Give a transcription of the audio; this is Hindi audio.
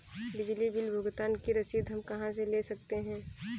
बिजली बिल भुगतान की रसीद हम कहां से ले सकते हैं?